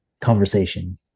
conversation